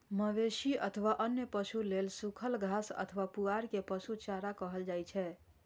मवेशी अथवा अन्य पशु लेल सूखल घास अथवा पुआर कें पशु चारा कहल जाइ छै